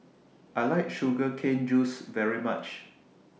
I like Sugar Cane Juice very much